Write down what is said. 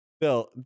Bill